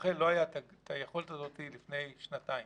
לרח"ל לא הייתה היכולת הזאת לפני שנתיים.